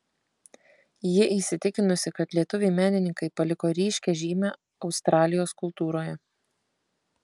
ji įsitikinusi kad lietuviai menininkai paliko ryškią žymę australijos kultūroje